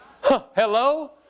Hello